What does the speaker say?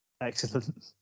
Excellent